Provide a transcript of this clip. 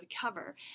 cover